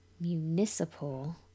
municipal